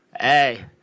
hey